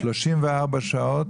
34 שעות.